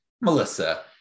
Melissa